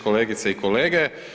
Kolegice i kolege.